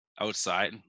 outside